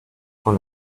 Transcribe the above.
con